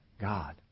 God